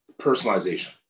Personalization